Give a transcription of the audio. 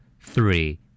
Three